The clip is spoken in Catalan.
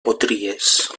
potries